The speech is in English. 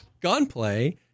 gunplay